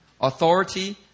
authority